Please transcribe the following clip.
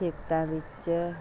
ਖੇਤਾਂ ਵਿੱਚ